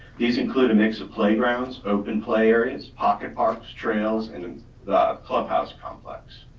these include a mix of playgrounds, open play areas, pocket parks, trails and the clubhouse complex.